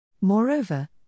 Moreover